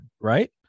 right